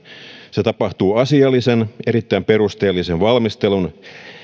se tapahtuu asiallisen erittäin perusteellisen valmistelun